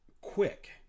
quick